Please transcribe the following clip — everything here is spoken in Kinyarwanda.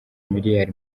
miliyari